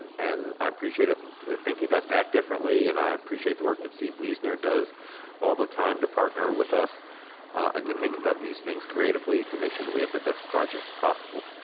and i appreciate. ah thinking about that differently, and i appreciate the work that steve wiesner does all the time to partner with us and to think about these things creatively, to make sure that we have the best projects possible.